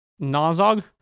Nazog